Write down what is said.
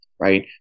Right